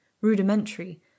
rudimentary